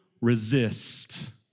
resist